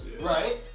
right